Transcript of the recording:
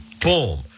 boom